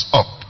up